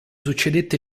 succedette